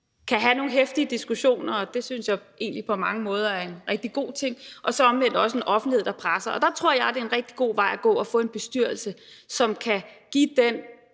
kan have nogle heftige diskussioner, og det synes jeg egentlig på mange måder er en rigtig god ting, og så omvendt også med en offentlighed, der presser. Der tror jeg, det er en rigtig god vej at gå at få en bestyrelse, som kan være den